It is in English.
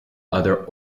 other